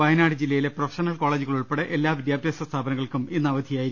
വയനാട് ജില്ലയിലെ പ്രഫഷണൽ കോളജുകൾ ഉൾപ്പെടെ എല്ലാ വിദ്യാഭ്യാസ സ്ഥാപനങ്ങൾക്കും കല്ക്ടർ ഇന്ന് അവധി നൽകി